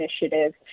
Initiative